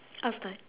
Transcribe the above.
I'll start